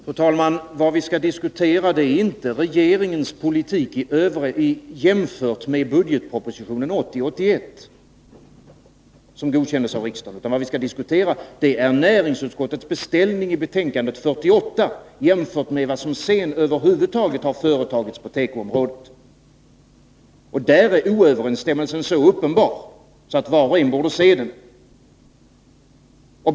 Fru talman! Vad vi skall diskutera är inte regeringens politik i jämförelse med budgetpropositionen 1980 79:48 jämfört med vad som sedan över huvud taget har företagits på tekoområdet. Där är oöverensstämmelsen så uppenbar att var och en borde se den.